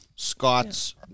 Scott's